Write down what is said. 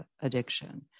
addiction